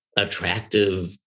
attractive